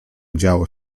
działo